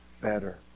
better